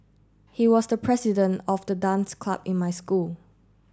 he was the president of the dance club in my school